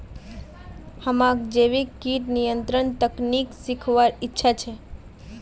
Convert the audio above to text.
हमाक जैविक कीट नियंत्रण तकनीक सीखवार इच्छा छ